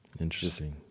Interesting